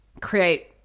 create